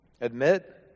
Admit